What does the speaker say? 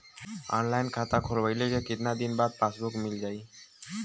Online खाता खोलवईले के कितना दिन बाद पासबुक मील जाई?